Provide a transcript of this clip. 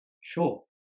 Sure